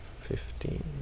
Fifteen